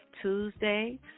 Tuesday